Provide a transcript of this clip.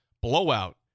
blowout